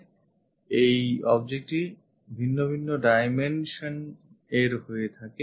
আর এই objectটি ভিন্নভিন্ন dimension এর হয়ে থাকে